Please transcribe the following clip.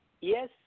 yes